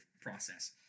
process